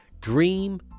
dream